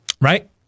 right